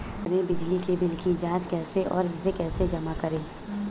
हम अपने बिजली बिल की जाँच कैसे और इसे कैसे जमा करें?